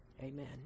Amen